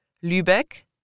Lübeck